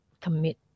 commit